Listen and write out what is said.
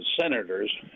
senators